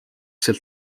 sealt